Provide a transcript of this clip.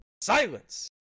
silence